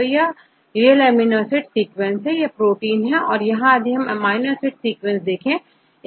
तो यह real amino acid sequence है यह प्रोटीन है तो यहां यदि आप अमीनो एसिड सीक्वेंस देखें